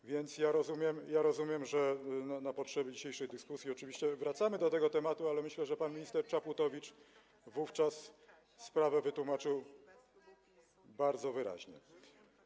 A więc rozumiem, że na potrzeby dzisiejszej dyskusji oczywiście wracamy do tego tematu, ale myślę, że pan minister Czaputowicz wówczas sprawę wytłumaczył bardzo wyraźnie.